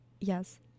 Yes